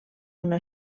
una